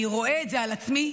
אני רואה את זה על עצמי,